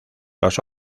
los